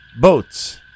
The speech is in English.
boats